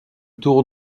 tour